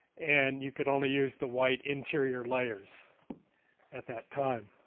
and you could only use the white interior layers at that time.